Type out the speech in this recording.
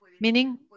meaning